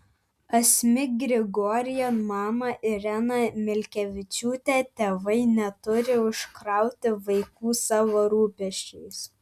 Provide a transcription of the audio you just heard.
asmik grigorian mama irena milkevičiūtė tėvai neturi užkrauti vaikų savo rūpesčiais